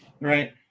right